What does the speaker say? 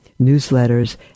newsletters